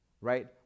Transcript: right